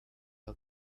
how